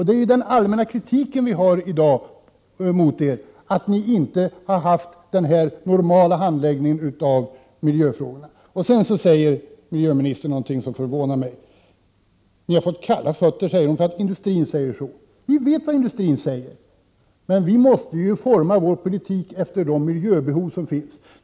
Det är den allmänna kritiken vi har i dag mot er — att ni inte har haft den normala handläggningen av miljöfrågorna. Miljöministern säger sedan någonting som förvånar mig: ”Ni har fått kalla fötter för att industrin säger så.” Vi vet vad industrin säger, men vi måste ju forma vår politik efter de miljöbehov som finns.